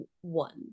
one